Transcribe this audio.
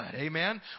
Amen